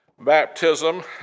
baptism